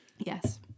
Yes